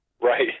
Right